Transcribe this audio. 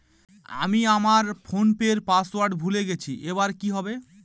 আমি আমার ফোনপের পাসওয়ার্ড ভুলে গেছি এবার কি হবে?